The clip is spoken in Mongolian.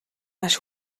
маш